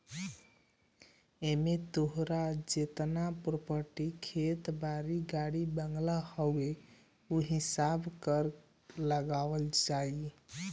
एमे तोहार जेतना प्रापर्टी खेत बारी, गाड़ी बंगला होई उ हिसाब से कर लगावल जाई